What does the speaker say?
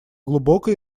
глубокой